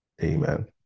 Amen